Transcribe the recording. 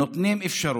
נותנים אפשרות,